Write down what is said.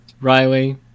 Riley